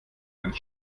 eines